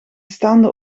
staande